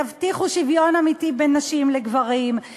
יבטיחו שוויון אמיתי בין נשים לגברים,